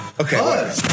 Okay